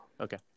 Okay